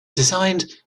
designed